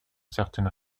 certaines